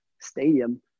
stadium